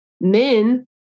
men